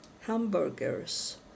hamburgers